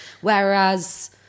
Whereas